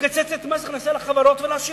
מקצצת במס ההכנסה לחברות ולעשירים.